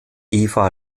eva